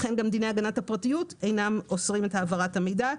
לכן גם דיני הגנת הפרטיות אינם אוסרים את העברת המידע.